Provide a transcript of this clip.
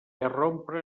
irrompre